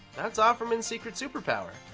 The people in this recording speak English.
that's offerman's secret superpower.